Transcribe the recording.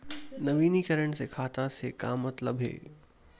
नवीनीकरण से खाता से का मतलब हे?